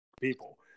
People